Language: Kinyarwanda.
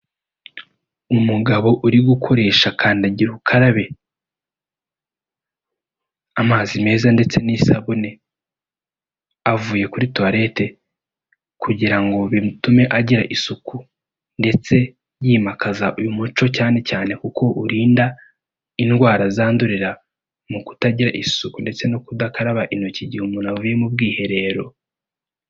Umugabo uri gukoresha kandagira ukarabe, amazi meza ndetse n'isabune, avuye kuri toilette kugira ngo bitume agira isuku ndetse yimakaza uyu muco cyane cyane kuko urinda indwara zandurira mu kutagira isuku ndetse no kudakaraba intoki igihe umuntu avuye mu bwiherero.